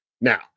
Now